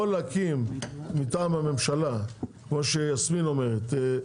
או להקים מטעם הממשלה כמו שיסמין אומרת,